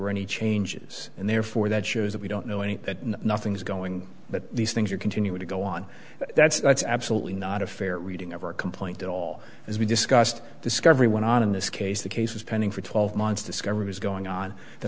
were any changes and therefore that shows that we don't know any that nothing's going but these things are continuing to go on that's absolutely not a fair reading of our complaint at all as we discussed discovery went on in this case the case was pending for twelve months discovery was going on the